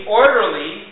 orderly